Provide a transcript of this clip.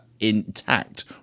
intact